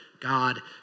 God